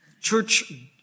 Church